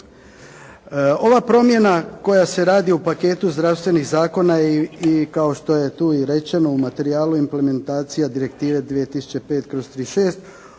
Ova promjena koja se radi u paketu zdravstvenih zakona i kao što je tu i rečeno u materijalu implementacija Direktive 2005/36.